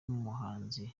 muhanzi